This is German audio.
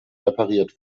repariert